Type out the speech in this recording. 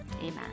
amen